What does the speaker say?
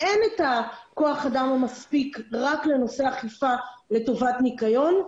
אין את כוח האדם המספיק רק לנושא אכיפה לטובת ניקיון.